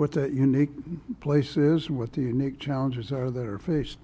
what that unique place is what the unique challenges are that are faced